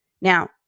Now